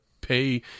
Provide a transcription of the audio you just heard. pay